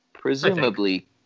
presumably